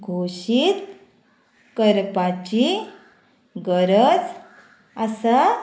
घोशीत करपाची गरज आसा